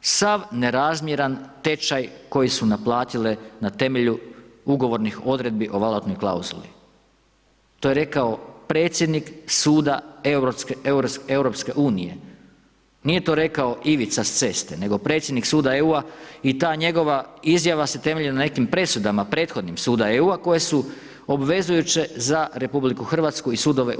sav nerazmjeran tečaj koji su naplatile na temelju ugovornih odredbi o valutnoj klauzuli, to je rekao predsjednik suda EU, nije to rekao Ivica s ceste, nego predsjednik suda EU i ta njegova izjava se temelji na nekim presudama prethodnim suda EU koje su obvezujuće za RH i sudove u RH.